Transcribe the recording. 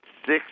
six